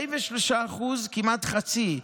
43% כמעט חצי,